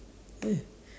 eh